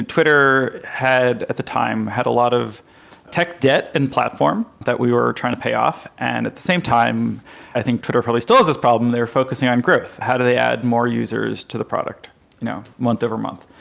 twitter at the time had a lot of tech debt in platform that we were trying to pay off and at the same time i think twitter probably still has this problem. they're focusing on growth. how do they add more users to the product you know month over month?